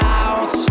out